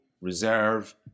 Reserve